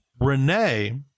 Renee